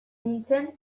nintzen